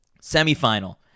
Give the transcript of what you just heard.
semi-final